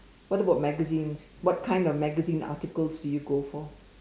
what about magazines what kind of magazine articles do you go for